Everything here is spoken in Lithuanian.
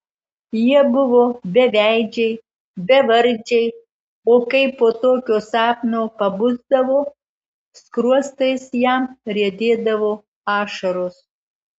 jie buvo beveidžiai bevardžiai o kai po tokio sapno pabusdavo skruostais jam riedėdavo ašaros